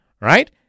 Right